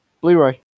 Blu-ray